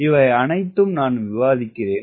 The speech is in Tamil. இவை அனைத்தும் நான் விவாதிக்கிறேன்